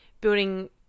building